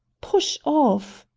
push off!